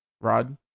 Rod